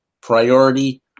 priority